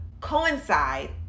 coincide